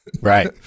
Right